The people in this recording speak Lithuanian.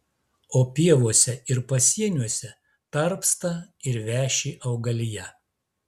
o pievose ir pasieniuose tarpsta ir veši augalija